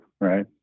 right